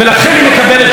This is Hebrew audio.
ובכן,